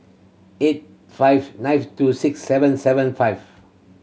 eight five nine two six seven seven five